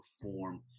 perform